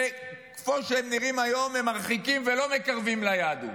שכמו שהם נראים היום הם מרחיקים ולא מקרבים ליהדות.